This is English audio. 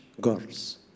girls